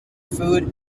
food